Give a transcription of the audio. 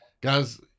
guys